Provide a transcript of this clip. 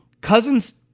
Cousins